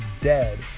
dead